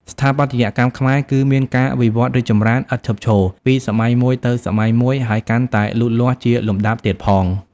ស្ថាបត្យកម្មខ្មែរគឺ មានការវិវត្តរីកចម្រើន ឥតឈប់ឈរ ពី សម័យមួយទៅសម័យមួយ ហើយកាន់តែលូតលាស់ជាលំដាប់ទៀតផង ។